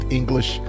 english